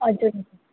हजुर